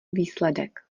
výsledek